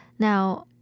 Now